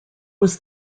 was